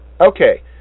Okay